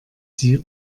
sie